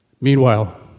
Meanwhile